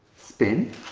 spin.